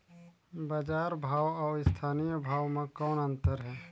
बजार भाव अउ स्थानीय भाव म कौन अन्तर हे?